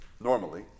normally